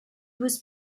was